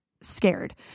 scared